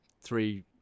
three